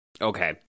okay